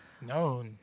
no